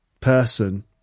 person